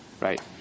Right